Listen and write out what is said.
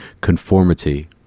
conformity